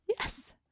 Yes